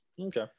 okay